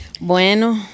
bueno